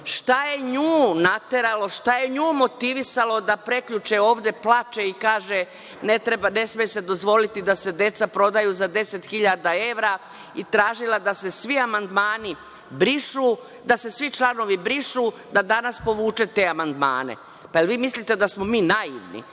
Šta je nju nateralo, šta je nju motivisalo da prekjuče ovde plače i kaže, ne sme se dozvoliti da se deca prodaju za deset hiljada evra i tražila da se svi članovi brišu, da danas povuče te amandmane. Pa, da li vi mislite da smo mi naivni? Ovo